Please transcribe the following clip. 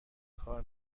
کار